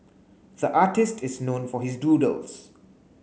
the artist is known for his doodles